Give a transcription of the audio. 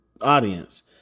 audience